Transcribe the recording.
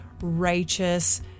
righteous